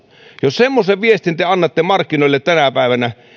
jos semmoisen viestin te annatte markkinoille tänä päivänä